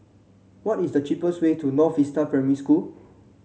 what is the cheapest way to North Vista Primary School